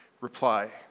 reply